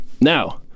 Now